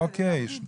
אוקיי.